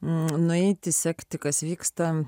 nueiti sekti kas vyksta